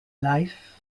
life